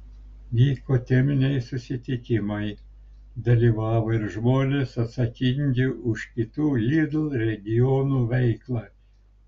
vyko teminiai susitikimai dalyvavo ir žmonės atsakingi už kitų lidl regionų veiklą